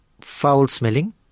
foul-smelling